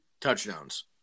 touchdowns